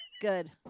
Good